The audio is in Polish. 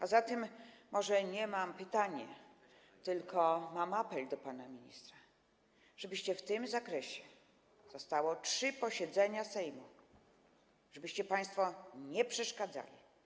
A zatem może nie mam pytanie, tylko mam apel do pana ministra, żebyście w tym zakresie - zostały trzy posiedzenia Sejmu - państwo nie przeszkadzali.